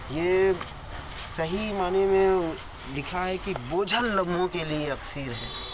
یہ صحیح معنے میں لکھا ہے کہ بوجھل نغموں کے لیے اکسیر ہے